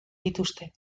dituzte